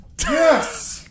yes